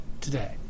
today